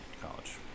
college